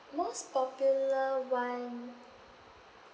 most popular [one]